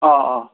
آ